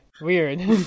Weird